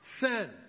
sin